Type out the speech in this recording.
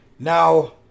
Now